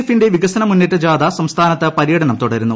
എഫിന്റെ വികസന മുന്നേറ്റ ജാഥ സംസ്ഥാനത്ത് പര്യടനം തുടരുന്നു